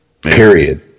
Period